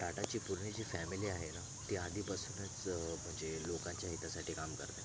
टाटाची पूर्ण जी फॅमिली आहे ना ती आधीपासूनच म्हणजे लोकांच्या हितासाठी काम करते